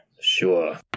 Sure